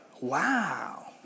wow